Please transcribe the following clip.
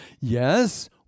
Yes